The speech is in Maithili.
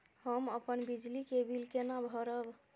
हम अपन बिजली के बिल केना भरब?